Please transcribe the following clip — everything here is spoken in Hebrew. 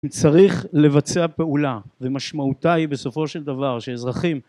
צריך לבצע פעולה ומשמעותה היא בסופו של דבר שאזרחים